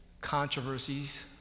controversies